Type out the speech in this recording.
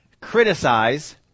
criticize